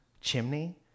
chimney